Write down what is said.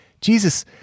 Jesus